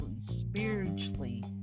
spiritually